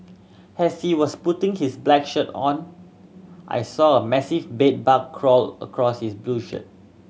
as he was putting his back shirt on I saw a massive bed bug crawl across his blue shirt